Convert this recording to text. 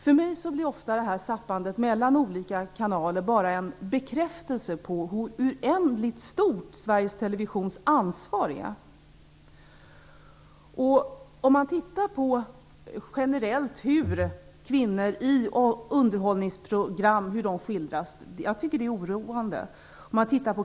För mig blir ofta zappandet mellan olika kanaler bara en bekräftelse på hur oändligt stort Sveriges Televisions ansvar är. Jag tycker att det är oroande hur kvinnor generellt skildras i underhållningsprogram.